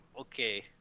Okay